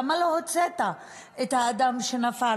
למה לא הוצאת את האדם שנפל?